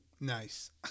nice